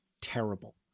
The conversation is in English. terrible